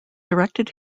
directed